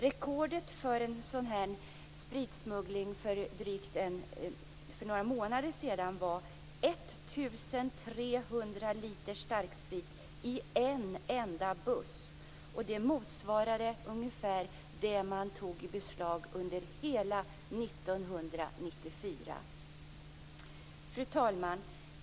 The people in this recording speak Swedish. Rekordet i spritsmuggling var för några månader sedan 1 300 liter starksprit i en enda buss. Det motsvarar ungefär det man tog i beslag under hela 1994. Fru talman!